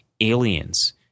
aliens